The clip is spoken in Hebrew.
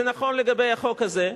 זה נכון לגבי החוק הזה,